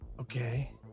Okay